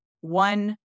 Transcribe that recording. one